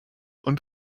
und